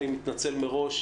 אני מתנצל מראש,